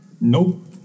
Nope